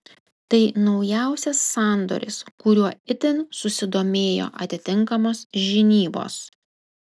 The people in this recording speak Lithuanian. tai naujausias sandoris kuriuo itin susidomėjo atitinkamos žinybos